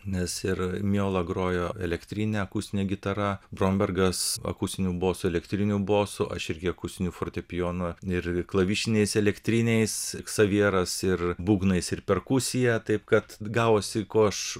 nes ir mijola grojo elektrine akustine gitara brombergas akustiniu bosu elektriniu bosu aš irgi akustiniu fortepijonu ir klavišiniais elektriniais ksavieras ir būgnais ir perkusija taip kad gavosi kuo aš